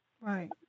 Right